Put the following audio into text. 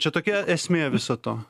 čia tokia esmė viso to